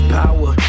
power